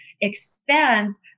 expands